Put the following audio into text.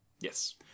Yes